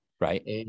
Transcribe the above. Right